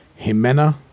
Jimena